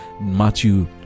matthew